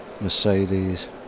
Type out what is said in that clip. Mercedes